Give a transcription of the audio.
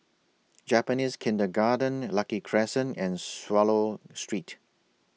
Japanese Kindergarten Lucky Crescent and Swallow Street